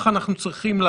זה תקנון שיכול להיות ששווה